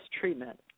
treatment